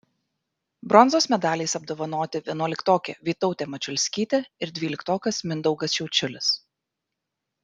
bronzos medaliais apdovanoti vienuoliktokė vytautė mačiulskytė ir dvyliktokas mindaugas šiaučiulis